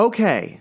Okay